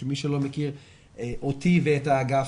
מי שלא מכיר אותי ואת האגף,